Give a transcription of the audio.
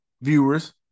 viewers